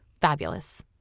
fabulous